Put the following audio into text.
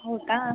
ಹೌದಾ